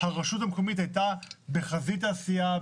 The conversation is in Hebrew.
הרשות המקומית הייתה בחזית העשייה,